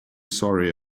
sorry